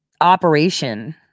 operation